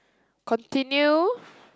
continue